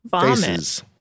faces